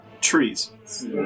Trees